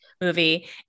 movie